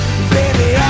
Baby